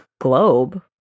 globe